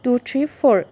two three four